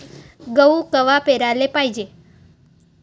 गहू कवा पेराले पायजे?